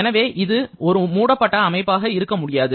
எனவே இது ஒரு மூடப்பட்ட அமைப்பாக இருக்க முடியாது